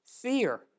fear